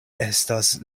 estas